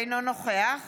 אינו נוכח